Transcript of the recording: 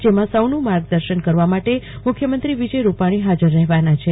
જમાં સૌ ન માર્ગદર્શન કરવા માટે મુખ્યમંત્રી વિજય રૂપાણી હાજર રહેવાના છે